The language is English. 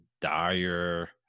dire